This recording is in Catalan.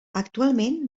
actualment